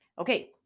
Okay